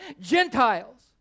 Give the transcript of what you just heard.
Gentiles